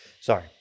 Sorry